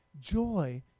joy